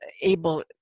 able